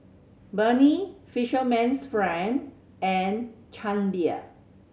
Burnie Fisherman's Friend and Chang Beer